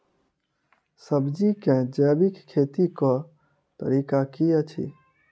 सब्जी केँ जैविक खेती कऽ तरीका की अछि?